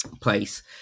place